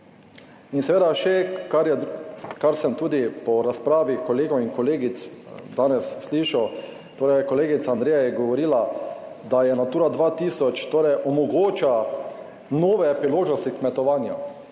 In seveda še, kar sem tudi po razpravi kolegov in kolegic danes slišal, torej kolegica Andreja je govorila, da Natura 2000 torej omogoča nove priložnosti kmetovanja.